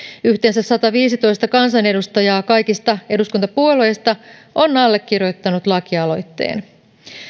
yhteensä sataviisitoista kansanedustajaa kaikista eduskuntapuolueista on allekirjoittanut lakialoitteen